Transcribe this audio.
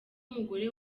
umugore